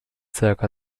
zirka